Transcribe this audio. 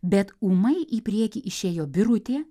bet ūmai į priekį išėjo birutė